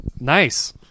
Nice